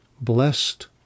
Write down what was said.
Blessed